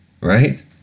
Right